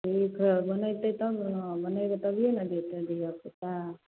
ठीक हए बनेतै तब ने बनेबै तभिए ने देतै दूगो अथी पाय